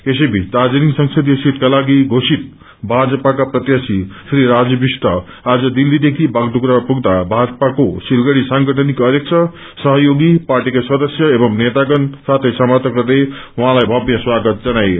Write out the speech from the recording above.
यसै बीच दार्जीलिङ संसदीय सीटका लागि घोषित भाजपाका प्रत्याशी श्री राजू विष्ट आज दिल्लीदेखि बागडुग्रा पुग्दा भाजपाको सिलगढ़ी सांगठनिक अध्यक्ष सहयोगी पार्टीका सदस्य एंव नेतागण साथै समर्थकहरूले उहाँले भव्य स्वागत जनाए